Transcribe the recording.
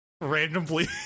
randomly